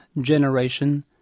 generation